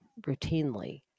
routinely